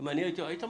הייתם